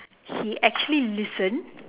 he actually listen